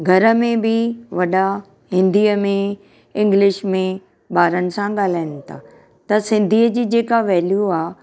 घर में बि वॾा हिंदीअ में इंग्लिश में ॿारनि सां ॻाल्हाइनि था त सिंधीअ जी जेका वैल्यू आहे